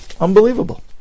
Unbelievable